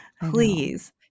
please